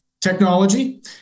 technology